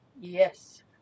Yes